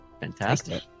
Fantastic